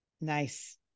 Nice